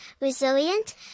resilient